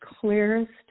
clearest